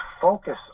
focus